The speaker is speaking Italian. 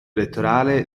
elettorale